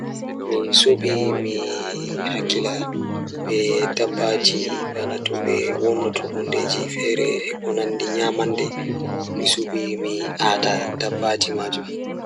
Mi suɓi mi hakkila be dabbaji So tawii miɗo waɗa jaɓde kala ngal ɗiɗi, mi waɗataa jaɓde heɓde toɓɓere njiyngirde maashinji. Ko ndee, ngal o waɗataa waɗi ngam miɗo njiddaade ngal teewtere ngal leydi e waɗude ɓandu-ɓandu ngam waɗude fiyaangu. Maashinji ngal waawataa waɗude rewɓe ngal waɗa waɗude ngal moƴƴaare e nguurndam ngal.